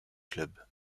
club